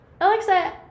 alexa